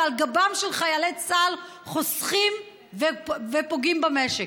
ועל גבם של חיילי צה"ל חוסכים ופוגעים במשק,